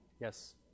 yes